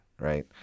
right